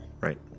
right